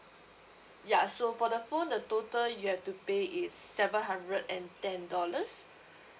ya so for the phone the total you have to pay is seven hundred and ten dollars